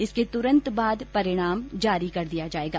इसके तुरंत बाद परिणाम जारी कर दिया जायेगा